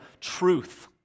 truth